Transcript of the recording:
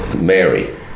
Mary